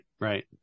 right